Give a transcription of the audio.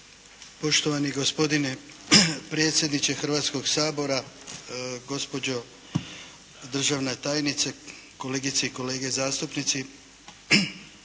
Poštovani gospodine predsjedniče Hrvatskoga sabora, gospođo državna tajnice, kolegice i kolege zastupnici.